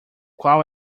qual